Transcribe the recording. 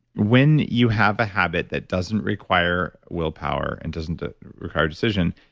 when you have a habit that doesn't require willpower and doesn't require decision,